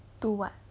to what